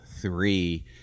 three